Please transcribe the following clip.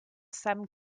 sam